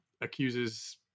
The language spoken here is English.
accuses